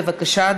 בבקשה,